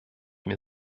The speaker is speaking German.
mir